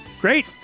Great